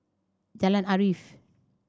Jalan Arif